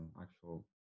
actual